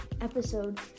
episode